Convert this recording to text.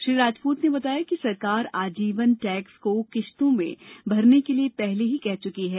श्री राजपूत ने बताया कि सरकार आजीवन टेक्स को किश्तों में भरने के लिए पहले ही कह च्की है